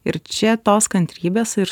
ir čia tos kantrybės ir